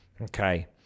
okay